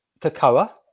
cocoa